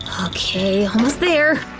okay, almost there!